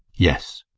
yes.